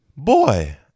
Boy